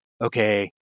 okay